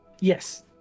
yes